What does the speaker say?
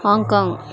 Hong Kong